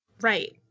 Right